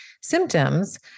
symptoms